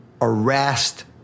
arrest